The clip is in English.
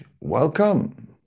Welcome